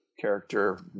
character